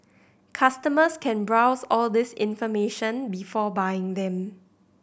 customers can browse all this information before buying them